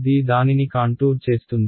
dI దానిని contour చేస్తుంది